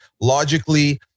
Logically